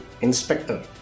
Inspector